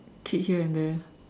kick here and there